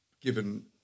given